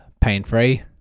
pain-free